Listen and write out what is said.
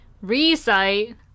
recite